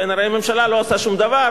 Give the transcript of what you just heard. כנראה הממשלה לא עושה שום דבר,